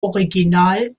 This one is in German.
original